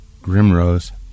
Grimrose